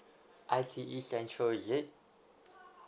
I T E central is it